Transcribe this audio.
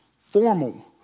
Formal